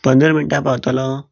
पंदरा मिनटां पावतलो